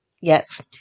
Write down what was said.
Yes